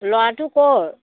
ল'ৰাটো ক'ৰ